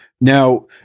Now